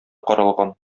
каралган